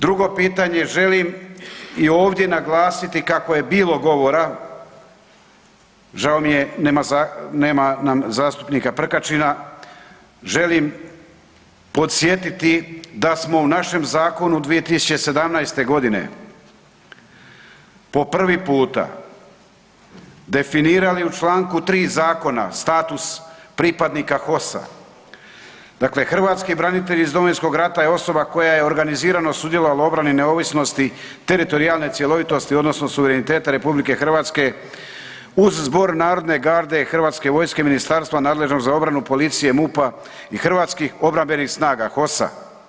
Drugo pitanje, želim i ovdje naglasiti kako je bilo govora, žao mi je, nema nam zastupnika Prkačina, želim podsjetit da smo u našem zakonu 2017. g. po prvi puta definirali u čl. 3. Zakona status pripadnika HOS-a, dakle hrvatski branitelji iz Domovinski rata je osoba koja je organizirano sudjelovala u obrani, neovisnosti, teritorijalne cjelovitosti odnosno suvereniteta RH uz Zbor narodne garde Hrvatske vojske ministarstva nadležnog za obranu, policije MUP-a i Hrvatskih obrambenih snaga, HOS-a.